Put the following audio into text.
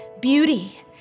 Beauty